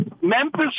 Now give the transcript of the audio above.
Memphis